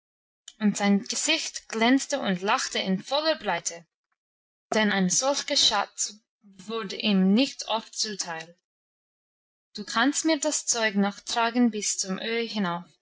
und sein gesicht glänzte und lachte in voller breite denn ein solcher schatz wurde ihm nicht oft zuteil du kannst mir das zeug noch tragen bis zum öhi hinauf